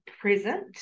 present